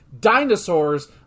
dinosaurs